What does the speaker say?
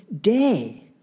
day